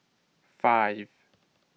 five